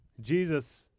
Jesus